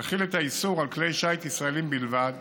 תחיל את האיסור על כלי שיט ישראליים בלבד.